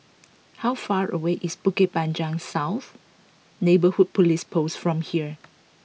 how far away is Bukit Panjang South Neighbourhood Police Post from here